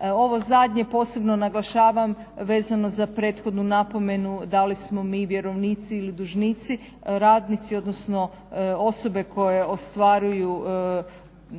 Ovo zadnje posebno naglašavam vezano za prethodnu napomenu da li smo mi vjerovnici ili dužnici, radnici, odnosno osobe koje ostvaruju ovrhom